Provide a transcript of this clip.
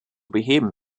beheben